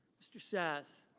mr. sasse.